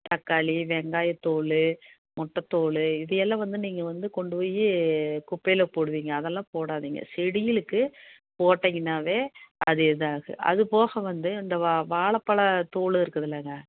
தக்காளி வெங்காய தோல் முட்டை தோல் இதே எல்லாம் நீங்கள் வந்து கொண்டு போய் குப்பையில் போடுவிங்க அதெல்லாம் போடாதீங்க செடிங்களுக்கு போட்டிங்கனாவே அது இதாகும் அது போக வந்து இந்த வா வாழைப்பல தோல் இருக்குதில்லங்க